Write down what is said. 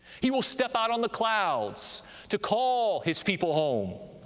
he will step out on the clouds to call his people home.